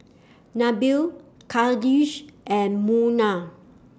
Nabil Khalish and Munah